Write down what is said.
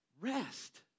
Rest